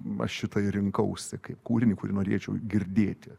aš šitą ir rinkausi kaip kūrinį kurį norėčiau girdėti